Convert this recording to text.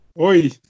Oi